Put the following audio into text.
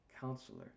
Counselor